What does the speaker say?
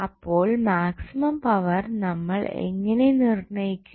അപ്പോൾ maximum power നമ്മൾ എങ്ങനെ നിർണയിക്കും